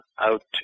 out